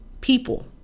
people